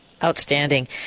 Outstanding